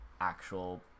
actual